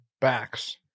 backs